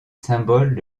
symboles